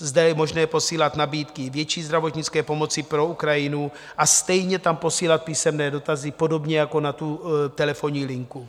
Zde je možné posílat nabídky větší zdravotnické pomoci pro Ukrajinu a stejně tam posílat písemné dotazy, podobně jako na tu telefonní linku.